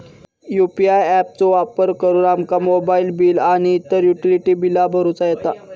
UPI app चो वापर करुन आमका मोबाईल बिल आणि इतर युटिलिटी बिला भरुचा येता